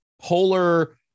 polar